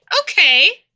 Okay